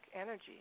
energy